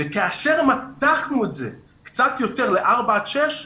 וכאשר מתחנו את זה קצת יותר ל-4 עד 6,